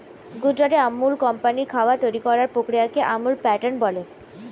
গুজরাটের আমুল কোম্পানির খাবার তৈরি করার প্রক্রিয়াটিকে আমুল প্যাটার্ন বলে